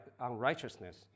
unrighteousness